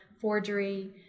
forgery